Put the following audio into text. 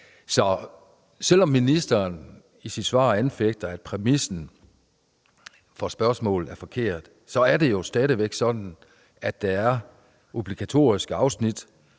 Så selv om ministeren i sit svar anfægter præmissen for spørgsmålet og siger, den er forkert, så er det stadig væk sådan, at der er obligatoriske trin